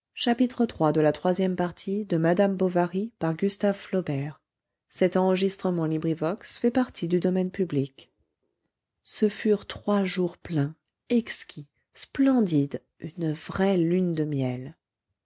ce furent trois jours pleins exquis splendides une vraie lune de miel